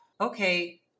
Okay